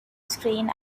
screen